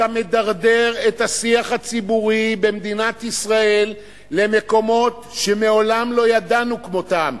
אתה מדרדר את השיח הציבורי במדינת ישראל למקומות שמעולם לא ידענו כמותם,